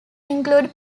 include